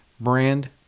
brand